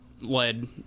led